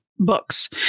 books